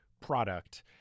product